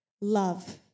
love